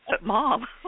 mom